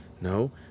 no